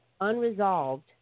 Unresolved